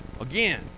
Again